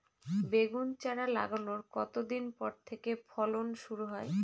বেগুন চারা লাগানোর কতদিন পর থেকে ফলন শুরু হয়?